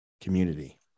community